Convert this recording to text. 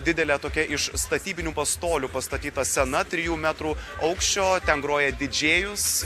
didelė tokia iš statybinių pastolių pastatyta scena trijų metrų aukščio ten groja didžėjus